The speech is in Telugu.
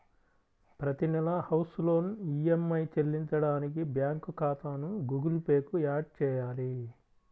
ప్రతి నెలా హౌస్ లోన్ ఈఎమ్మై చెల్లించడానికి బ్యాంకు ఖాతాను గుగుల్ పే కు యాడ్ చేయాలి